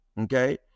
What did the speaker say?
okay